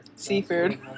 Seafood